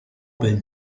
pel